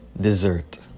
Dessert